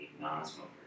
non-smoker